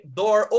door